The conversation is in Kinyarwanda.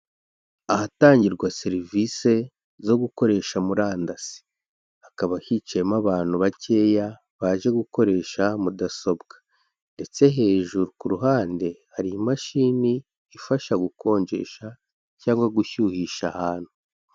Ahatangirwa serivisi zo gukoresha murandasi, hakaba hicimo abantu bakeya baje gukoresha mudasobwa ndetse hejuru ku ruhande hari imashini ifasha gukonjesha cyangwa gushyuhisha ahantu.